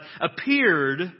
appeared